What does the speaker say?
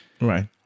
Right